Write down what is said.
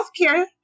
Healthcare